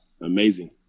amazing